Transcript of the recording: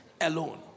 alone